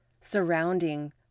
surrounding